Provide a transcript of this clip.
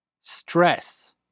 Stress